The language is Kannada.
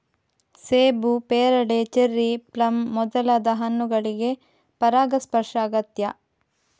ಸೇಬು, ಪೇರಳೆ, ಚೆರ್ರಿ, ಪ್ಲಮ್ ಮೊದಲಾದ ಹಣ್ಣುಗಳಿಗೆ ಪರಾಗಸ್ಪರ್ಶ ಅಗತ್ಯ